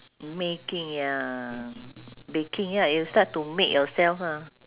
making ya baking ya you start to make yourself ah